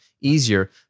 Easier